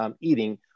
eating